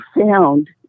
found